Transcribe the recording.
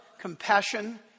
compassion